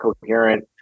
coherent